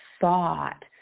thought